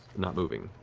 not moving.